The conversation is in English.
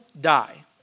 die